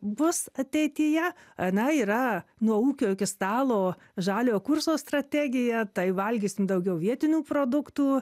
bus ateityje na yra nuo ūkio iki stalo žaliojo kurso strategija tai valgysim daugiau vietinių produktų